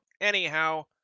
anyhow